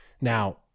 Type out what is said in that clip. Now